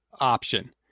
option